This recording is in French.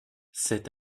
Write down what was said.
sept